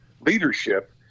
leadership